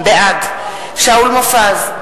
בעד שאול מופז,